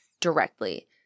directly